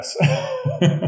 Yes